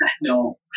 No